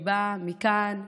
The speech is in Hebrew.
היא באה מכאן,